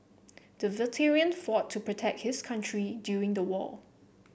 the veteran fought to protect his country during the war